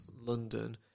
London